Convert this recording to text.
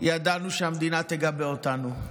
ידענו שהמדינה תגבה אותנו.